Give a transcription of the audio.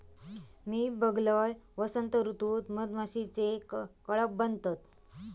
मी बघलंय, वसंत ऋतूत मधमाशीचे कळप बनतत